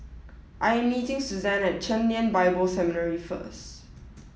I am meeting Suzann at Chen Lien Bible Seminary first